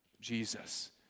Jesus